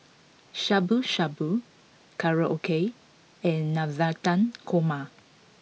Shabu Shabu Korokke and Navratan Korma